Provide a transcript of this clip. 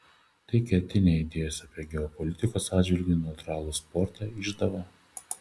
tai kertinė idėjos apie geopolitikos atžvilgiu neutralų sportą išdava